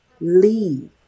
leave